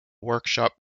workshop